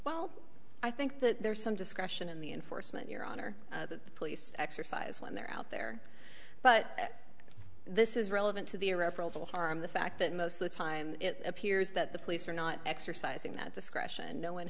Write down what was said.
well i think that there's some discretion in the enforcement your honor the police exercise when they're out there but this is relevant to the irreparable harm the fact that most of the time it appears that the police are not exercising that discretion no one